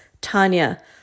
Tanya